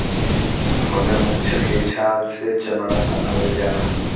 मगरमच्छ के छाल से चमड़ा बनावल जाला